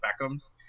Beckham's